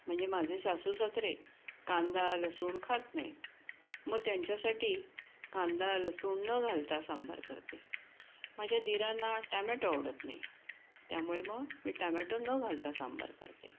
म्हणजे माझे सासू सासरे कांदा लसूण खात नाहीत मग त्यांच्यासाठी कांदा लसूण न घालता सांबार करते माझ्या दिरांना टॅमॅटो आवडत नाही त्यामुळे मग मी टॅमॅटो न घालता सांबार करते